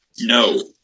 No